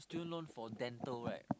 student loan for dental right